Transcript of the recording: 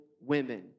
women